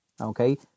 Okay